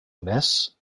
miss